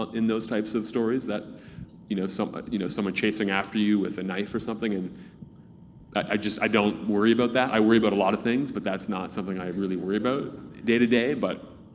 in those types of stories, that you know so but you know someone chasing after you with a knife or something, and i just, i don't worry about that. ir i worry about a lot of things, but that's not something i really worry about day-to-day. but